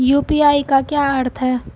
UPI का क्या अर्थ है?